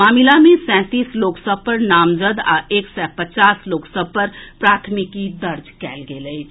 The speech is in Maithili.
मामिला मे सैंतीस लोक सभ पर नामजद आ एक सय पचास लोक सभ पर प्राथमिकी दर्ज कएल गेल अछि